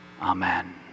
Amen